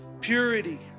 purity